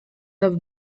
have